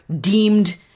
deemed